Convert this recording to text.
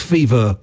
Fever